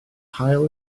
haul